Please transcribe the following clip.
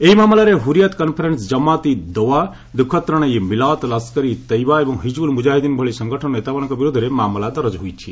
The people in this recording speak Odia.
ଏହି ମାମଲାରେ ହୂରିୟାତ୍ କନ୍ଫରେନ୍ସ ଜମାତ୍ ଉଦ୍ ଦୱା ଦୁଃଖତ୍ରାଣ ଇ ମିଲାତ୍ ଲସ୍କର୍ ଇ ତୟିବା ଏବଂ ହିଜିବୁଲ୍ ମୁଜାହିଦ୍ଦିନ୍ ଭଳି ସଙ୍ଗଠନର ନେତାମାନଙ୍କ ବିରୋଧରେ ମାମଲା ଦରଜ ହୋଇଛି